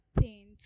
Paint